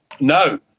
No